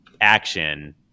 action